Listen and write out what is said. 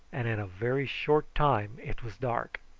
and in a very short time it was dark.